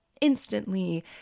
instantly